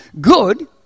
good